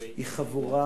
הם חבורה